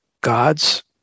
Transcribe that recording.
God's